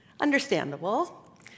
Understandable